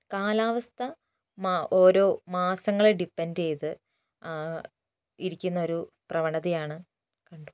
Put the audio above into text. കാലാവസ്ഥ ഓരോ മാസങ്ങളെ ഡിപ്പെന്റ് ചെയ്ത് ഇരിക്കുന്നൊരു പ്രവണതയാണ് കണ്ടു